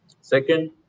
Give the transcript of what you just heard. Second